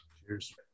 Cheers